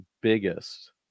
biggest